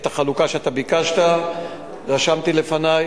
את החלוקה שאתה ביקשת רשמתי לפני,